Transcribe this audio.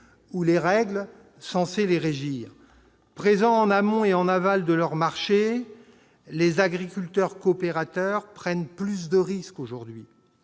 ou les règles censées les régir. Présents en amont et en aval de leur marché, les agriculteurs coopérateurs prennent plus de risques aujourd'hui.